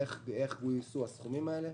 איך גויסו הסכומים האלה.